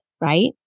right